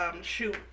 shoot